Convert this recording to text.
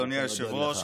אדוני היושב-ראש,